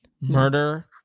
Murder